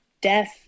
death